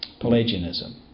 Pelagianism